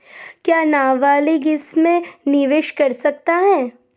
क्या नाबालिग इसमें निवेश कर सकता है?